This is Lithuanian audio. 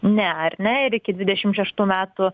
ne ar ne ir iki dvidešim šeštų metų